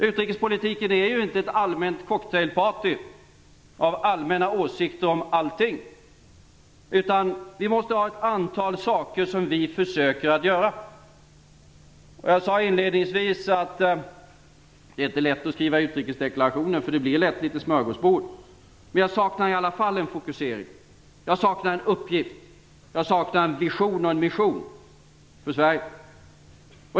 Utrikespolitiken är ju inte ett cocktailparty av allmänna åsikter om allting, utan vi måste ha ett antal saker som vi försöker göra. Jag sade inledningsvis att det är inte lätt att skriva utrikesdeklarationer, för de blir lätt litet smörgåsbord, men jag saknar i alla fall en fokusering. Jag saknar en uppgift, jag saknar en vision och en mission för Sverige.